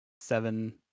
seven